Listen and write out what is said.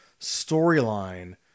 storyline